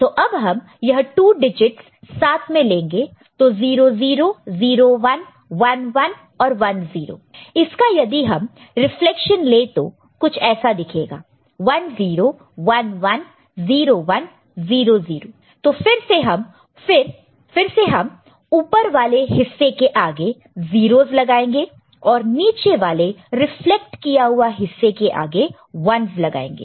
तो अब हम यह 2 डिजिटस साथ में लेंगे तो 0 0 0 1 1 1 और 1 0 तो इसका यदि हम रीफलेक्शन ले तो कुछ ऐसा दिखेगा 1 0 1 1 0 1 0 0 तो फिर से हम ऊपर वाले हिस्से के आगे 0's लगाएंगे और नीचे वाले रिफ्लेक्ट किया हुआ हिस्से के आगे 1's लगाएंगे